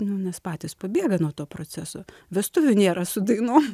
nu nes patys pabėga nuo to proceso vestuvių nėra su dainom